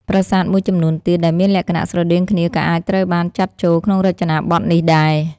ប្រាសាទមួយចំនួនទៀត ដែលមានលក្ខណៈស្រដៀងគ្នាក៏អាចត្រូវបានចាត់ចូលក្នុងរចនាបថនេះដែរ។